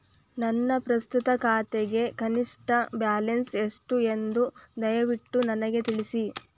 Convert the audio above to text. ನನ್ನ ಪ್ರಸ್ತುತ ಖಾತೆಗೆ ಕನಿಷ್ಟ ಬ್ಯಾಲೆನ್ಸ್ ಎಷ್ಟು ಎಂದು ದಯವಿಟ್ಟು ನನಗೆ ತಿಳಿಸಿ